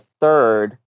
third